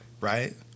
right